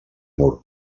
mur